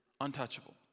untouchable